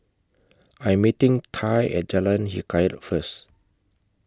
I'm meeting Tye At Jalan Hikayat First